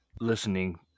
listening